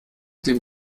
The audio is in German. den